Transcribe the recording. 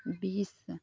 बीस